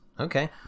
Okay